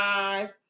eyes